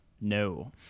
No